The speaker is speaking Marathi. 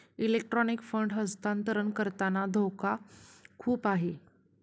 इलेक्ट्रॉनिक फंड हस्तांतरण करताना धोका खूप आहे